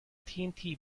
tnt